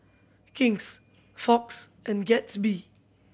King's Fox and Gatsby